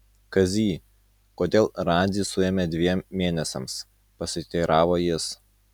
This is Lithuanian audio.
kazy kodėl radzį suėmė dviem mėnesiams pasiteiravo jis